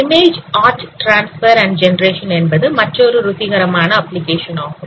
image art transfer மற்றும் generation என்பது மற்றொரு ருசிகரமான அப்ளிகேஷன் ஆகும்